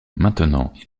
maintenant